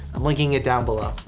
i'm linking it down below.